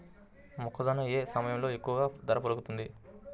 మొక్కజొన్న ఏ సమయంలో ఎక్కువ ధర పలుకుతుంది?